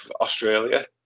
Australia